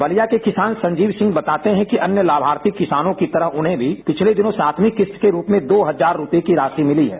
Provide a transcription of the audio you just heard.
बलिया के किसान संजीव सिंह बताते हैं कि अन्य लाभार्थी किसानों की तरह उन्हें भी पिछले दिनों सातवीं किस्त के रुप में दो हजार रुपये की राशि मिली है